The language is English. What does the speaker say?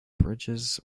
bridges